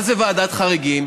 מה זה ועדת חריגים?